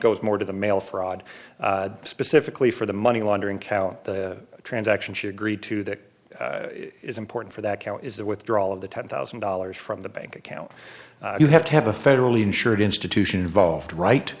goes more to the mail fraud specifically for the money laundering count the transaction she agreed to that is important for that cow is the withdrawal of the ten thousand dollars from the bank account you have to have a federally insured institution involved right